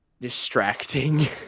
distracting